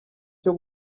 cyo